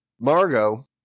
Margot